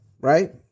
right